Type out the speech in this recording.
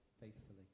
faithfully